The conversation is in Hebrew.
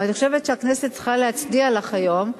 אני חושבת שהכנסת צריכה להצדיע לך היום.